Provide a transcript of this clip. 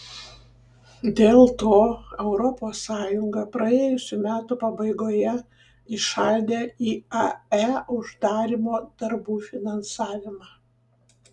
dėl to europos sąjunga praėjusių metų pabaigoje įšaldė iae uždarymo darbų finansavimą